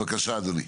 בבקשה אדוני.